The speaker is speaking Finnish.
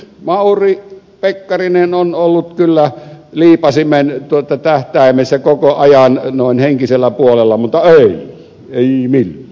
mauri pekkarinen on ollut kyllä liipaisimen tähtäimessä koko ajan noin henkisellä puolella mutta ei ei millään